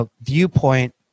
viewpoint